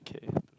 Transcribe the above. okay